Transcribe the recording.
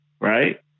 Right